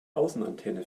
außenantenne